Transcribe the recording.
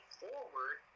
forward